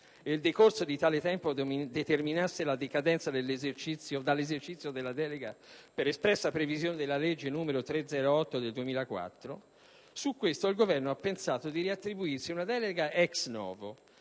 ed il decorso di tale tempo determinasse la decadenza dall'esercizio della delega per espressa previsione della legge n. 308 del 2004, il Governo ha pensato bene di riattribuirsi una delega *ex novo*,